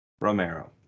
Romero